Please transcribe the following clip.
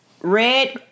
Red